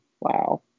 Wow